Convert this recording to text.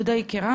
תודה, יקירה.